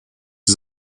die